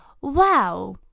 wow